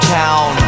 town